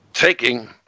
taking